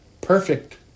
perfect